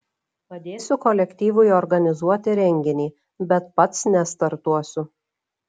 padėsiu kolektyvui organizuoti renginį bet pats nestartuosiu